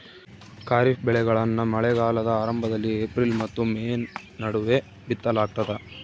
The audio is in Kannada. ಖಾರಿಫ್ ಬೆಳೆಗಳನ್ನ ಮಳೆಗಾಲದ ಆರಂಭದಲ್ಲಿ ಏಪ್ರಿಲ್ ಮತ್ತು ಮೇ ನಡುವೆ ಬಿತ್ತಲಾಗ್ತದ